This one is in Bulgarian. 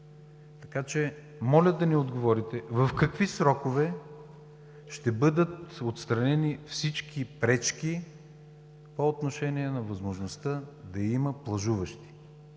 управител. Моля да ни отговорите в какви срокове ще бъдат отстранени всички пречки по отношение на възможността да има плажуващи?